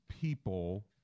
people